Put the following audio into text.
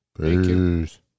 Peace